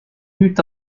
eût